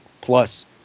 plus